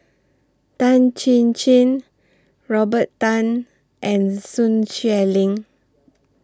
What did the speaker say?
Tan Chin Chin Robert Tan and Sun Xueling